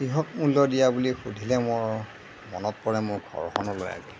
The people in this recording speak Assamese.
কিহক মূল্য দিয়া বুলি সুধিলে মোৰ মনত পৰে মোৰ ঘৰখনলৈ